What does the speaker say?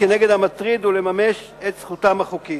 לפעול נגד המטריד ולממש את זכותם החוקית.